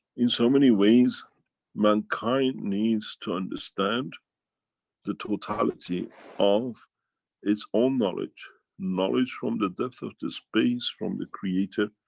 in so many ways mankind needs to understand the totality of its own knowledge. knowledge from the depth of the space from the creator.